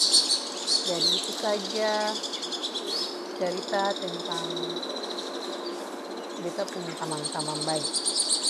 Jadi itu saja carita tentang beta pung tamang-tamang bae.